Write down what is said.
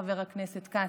חבר הכנסת כץ,